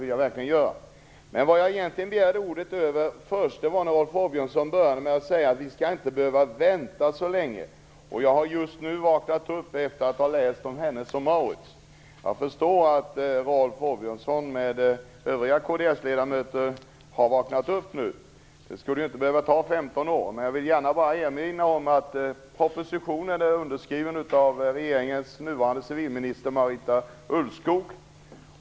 Men den egentliga anledningen till att jag begärde ordet var att Rolf Åbjörnsson sade att vi inte skall behöva vänta så länge. Han hade just läst om Hennes & Mauritz, och jag förstår att Rolf Åbjörnsson tillsammans med övriga kds-ledamöter först nu har vaknat upp inför detta. Det skulle inte behöva ta 15 år. Jag vill erinra om att propositionen är underskriven av regeringens nuvarande civilminister Marita Ulvskog.